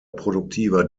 produktiver